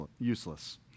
useless